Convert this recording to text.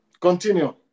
Continue